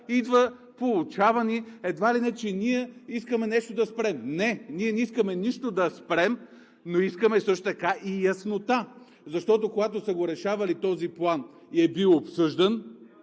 идва, поучава ни едва ли не, че ние искаме нещо да спрем. Не, ние не искаме нищо да спрем, но искаме също така и яснота. Когато са го решавали този план и е бил обсъждан,